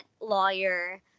lawyer